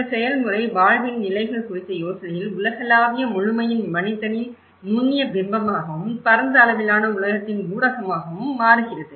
இந்த செயல்முறை வாழ்வின் நிலைகள் குறித்த யோசனையில் உலகளாவிய முழுமையில் மனிதனின் நுண்ணிய பிம்பமாகவும் பரந்த அளவிலான உலகத்தின் ஊடகமாகவும் மாறுகிறது